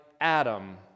Adam